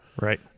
Right